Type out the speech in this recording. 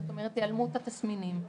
זאת אומרת - היעלמות התסמינים.